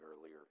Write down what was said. earlier